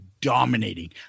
dominating